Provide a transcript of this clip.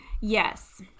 Yes